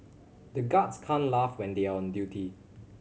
the guards can't laugh when they are on duty